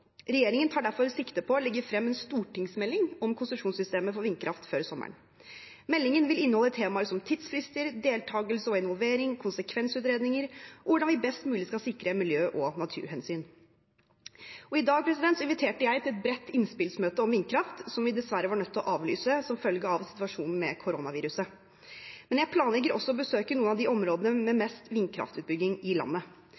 å legge frem en stortingsmelding om konsesjonssystemet for vindkraft før sommeren. Meldingen vil inneholde temaer som tidsfrister, deltakelse og involvering, konsekvensutredninger og hvordan vi best mulig skal sikre miljø- og naturhensyn. I dag inviterte jeg til et bredt innspillsmøte om vindkraft, som vi dessverre var nødt til å avlyse som følge av situasjonen med koronaviruset. Men jeg planlegger også å besøke noen av de områdene med